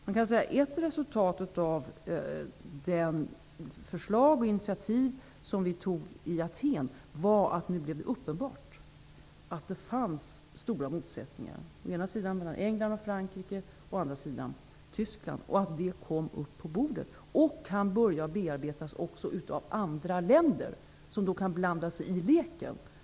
Man kan säga att ett resultat av de förslag och initiativ som kom fram i Athen var att det nu blev uppenbart att det fanns stora motsättningar, mellan å ena sidan England och Frankrike och å andra sidan Tyskland. Detta kom vid det tillfället upp på bordet, och det kan nu börja bearbetas också av andra länder, som nu kan blanda sig i leken.